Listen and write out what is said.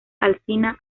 alsina